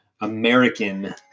American